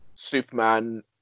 Superman